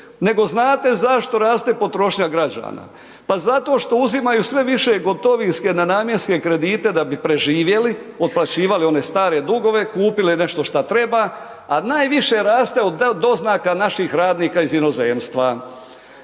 Nego znate zašto raste potrošnja građana? Pa zato što uzimaju sve više gotovinske nenamjenske kredite da bi preživjeli, otplaćivali one stare dugove, kupili nešto šta treba, a najviše raste od doznaka naših radnika iz inozemstva.